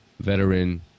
veteran